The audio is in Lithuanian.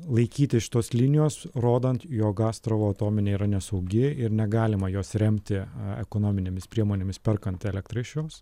laikytis šitos linijos rodant jog astravo atominė yra nesaugi ir negalima jos remti a ekonominėmis priemonėmis perkant elektrą iš jos